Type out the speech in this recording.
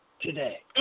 Today